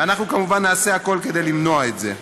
ואנחנו כמובן נעשה הכול כדי למנוע את זה.